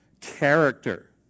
Character